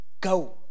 go